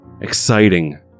exciting